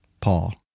Paul